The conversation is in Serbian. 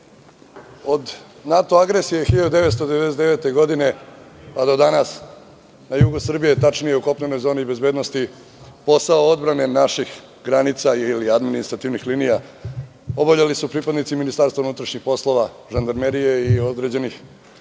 od NATO agresije 1999. godine pa do danas na jugu Srbije, tačnije u kopnenoj zoni bezbednosti posao odbrane naših granica ili administrativnih linija obavljali su pripadnici Ministarstva unutrašnjih poslova žandarmerije i određenih